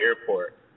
airport